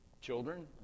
children